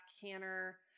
canner